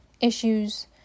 issues